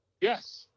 Yes